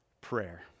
prayer